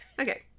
Okay